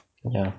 ya